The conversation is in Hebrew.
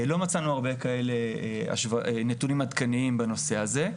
לא מצאנו הרבה כאלה נתונים עדכניים בנושא הזה.